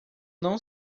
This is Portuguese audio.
não